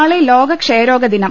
നാളെ ലോക ക്ഷയരോഗ ദിനം